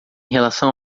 relação